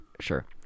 Sure